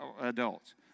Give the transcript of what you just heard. adults